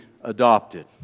adopted